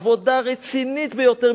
עבודה רצינית ביותר.